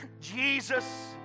Jesus